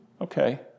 Okay